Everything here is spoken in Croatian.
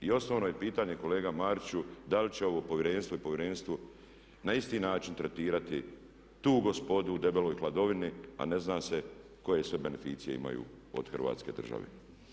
I osnovno je pitanje kolega Mariću da li će ovo povjerenstvo na isti način tretirati tu gospodu u debeloj hladovini a ne zna se koje sve beneficije imaju od Hrvatske države.